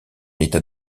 état